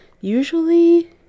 Usually